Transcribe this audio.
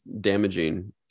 damaging